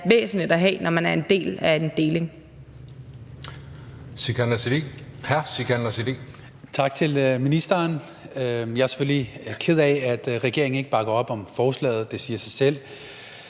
væsentligt at have, når man er en del af en deling.